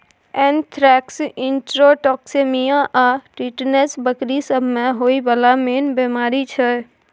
anthrax, enterotoxaemia आ tetanus बकरी सब मे होइ बला मेन बेमारी छै